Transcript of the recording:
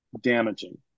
damaging